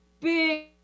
big